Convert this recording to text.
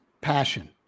passion